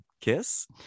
kiss